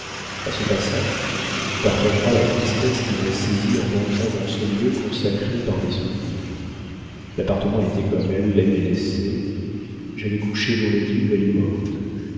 a ce passage tu partageras la tristesse qui m'a saisie en entrant dans ce lieu consacré par mes souvenirs l'appartement était comme elle l'avait laissé j'allais coucher dans le lit où elle est morte